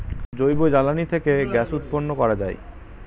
জৈব জ্বালানি থেকে গ্যাস উৎপন্ন করা যায়